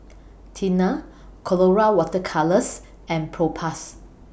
Tena Colora Water Colours and Propass